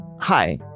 Hi